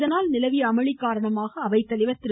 இதனால் நிலவிய அமளி காரணமாக அவைத்தலைவர் திரு